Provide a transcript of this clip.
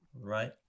right